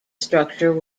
structure